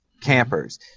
campers